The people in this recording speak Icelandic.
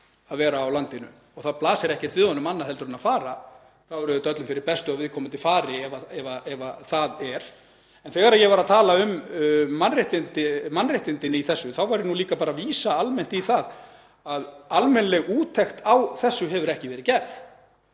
að vera á landinu og það blasir ekkert við honum annað en að fara þá er öllum fyrir bestu að viðkomandi fari, ef svo er. En þegar ég var að tala um mannréttindin í þessu þá var ég líka bara að vísa almennt í það að almennileg úttekt á þessu hefur ekki verið gerð.